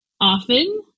Often